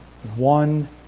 One